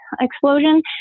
explosion